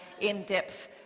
in-depth